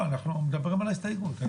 יפה.